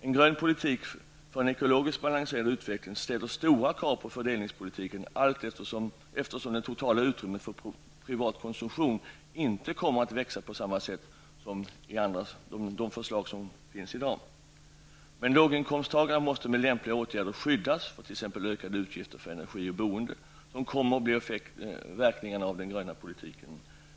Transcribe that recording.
En grön politik för en ekologiskt balanserad utveckling ställer stora krav på fördelningspolitiken, eftersom det totala utrymmet för privatkonsumtion inte kommer att växa på samma sätt som i dagens förslag. Låginkomsttagarna måste med lämpliga åtgärder skyddas för t.ex. ökade utgifter för energi och boende som kommer att bli en effekt av den gröna politiken.